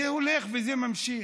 זה הולך וזה ממשיך,